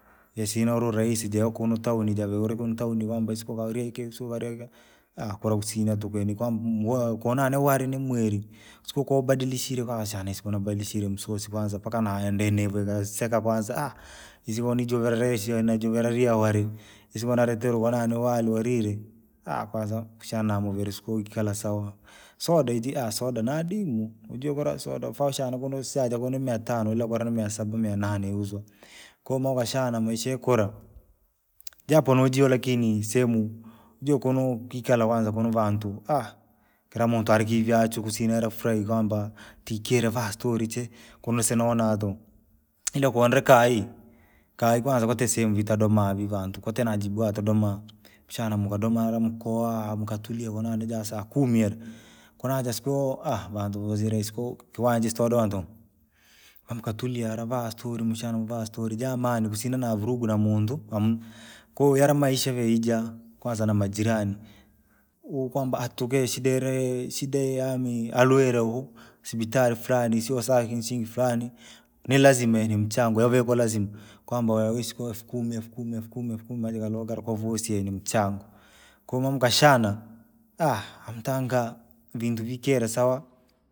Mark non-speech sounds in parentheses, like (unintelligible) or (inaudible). Yasine ururahisi jakuno (unintelligible) javie ukunu (unintelligible) kwamba isiko ivarikwi ivariekwi, (hesitation) kura kusina tuku yani kwamba (unintelligible) konani niwase nimweri, isiko koo ubadilishire (unintelligible) shana siunobadilishere msosi kwanza mpaka nahendenevu ikaniseka kwanza (hesitation) isiko nivujerisha isujeria wari. isiko naretirwe konani ni wari wariri, (hesitation) kwanza kushane nawovire isiko ukala sawa. Soda ijii (hesitation) soda naadim, ujikura soda faustane kunu saja kuu miatano irakura ni miasaba mia nane uju. Koo maankashana maisha yakura, japo nojiyo lakini sehemu, juu kunu kulikaa kwanza kunuvantu, (hesitation) kila muntu ari kivyachwe kusina kufrahi kwamba, tikkiri vaastorii chee, kumusinanaa tuku, ila kondraa kayi, kay kwanza koti sehemu jitadoma vii vantu kotie najidwa twadoma, mshana mkodoma ala mkoaa mkatuliana tonanijaa nasakumi ivi, kunaja siku hiyoo (hesitation) vantu vosile isiko, kiwanja sitodonto. Vamkatulia alavaa stori msahana vaa stoli jamani kusina na vurugu na muntu hamuna, kwahiyo yare maisha vireyajua, kwanza na majarini, uo kwamba itokee shida yere shida yani alurwilwau, sipitari fulani siwasaka ishilingi flani. Ni laizma ili mchangaoo yavikwa lazima, kwamba yasiku elfu kumi elfu kumi elfu kumi elfu kumi maajitatokaa kwa vasie ni mchango. kono maamtashana, (hesitation) amtangaa, vintu vikira sawa.